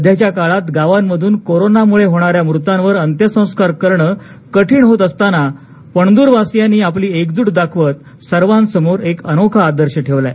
सध्याच्या काळात गावांमधून कोरोनामुळे होणाऱ्या मृतांवर अंत्यसंस्कार करण कठीण होत असताना पणद्रवासियांनी आपली एकजूट दाखवत सर्वांसमोर एक अनोखा आदर्श ठेवलाय